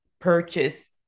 purchase